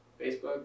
Facebook